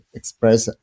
express